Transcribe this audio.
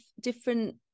different